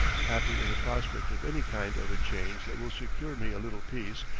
happy in the prospect of any kind of a change that will secure me a little peace,